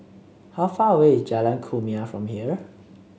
how far away is Jalan Kumia from here